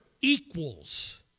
equals